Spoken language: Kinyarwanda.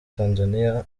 tanzania